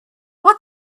what